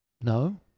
No